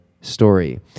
story